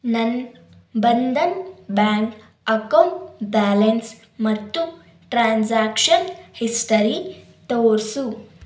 ನನ್ನ Bandhan bank account balance ಮತ್ತು transaction history ತೋರಿಸು